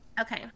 okay